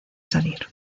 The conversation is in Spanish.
salir